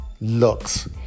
looks